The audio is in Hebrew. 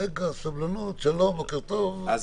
כדי